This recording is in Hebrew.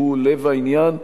שהוא לב העניין,